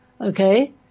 okay